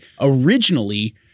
originally